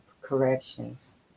Corrections